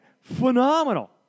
Phenomenal